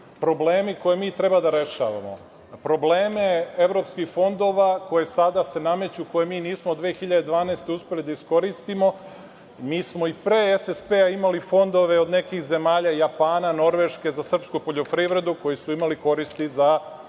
problemi koje mi treba da rešavamo. Probleme evropskih fondova, koji se sada nameću, koje mi nismo od 2012. uspeli da iskoristimo, mi smo i pre SSP-a imali fondove od nekih zemalja Japana i Norveške za srpsku poljoprivredu, koji su imali koristi za